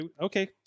Okay